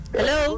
Hello